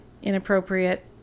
inappropriate